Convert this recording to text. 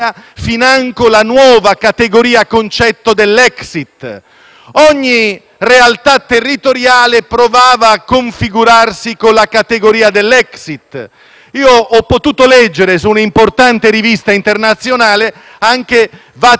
Ogni realtà territoriale provava a configurarsi con la categoria dell'Exit. Ho potuto leggere su una importante rivista internazionale che si arrivò a teorizzare addirittura